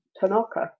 Tanaka